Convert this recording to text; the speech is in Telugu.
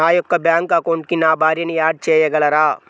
నా యొక్క బ్యాంక్ అకౌంట్కి నా భార్యని యాడ్ చేయగలరా?